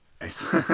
Nice